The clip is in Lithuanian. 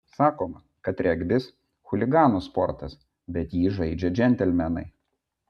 sakoma kad regbis chuliganų sportas bet jį žaidžia džentelmenai